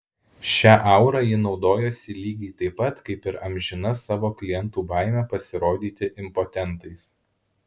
šia aura ji naudojosi lygiai taip pat kaip ir amžina savo klientų baime pasirodyti impotentais